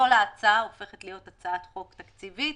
כל ההצעה הופכת להיות הצעת חוק תקציבית,